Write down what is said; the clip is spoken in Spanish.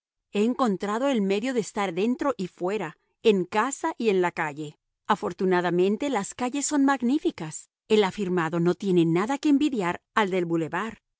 he encontrado el medio de estar dentro y fuera en casa y en la calle afortunadamente las calles son magníficas el afirmado no tiene nada que envidiar al del bulevar